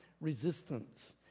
resistance